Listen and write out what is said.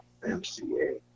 MCA